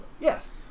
Yes